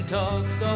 talks